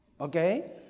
Okay